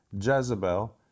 Jezebel